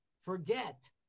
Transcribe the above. forget